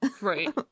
right